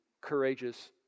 courageous